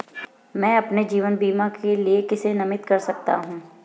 मैं अपने जीवन बीमा के लिए किसे नामित कर सकता हूं?